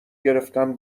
گرفتم